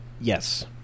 Yes